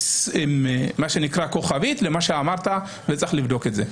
עם כוכבית למה שאמרת, וצריך לבדוק את זה.